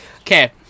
Okay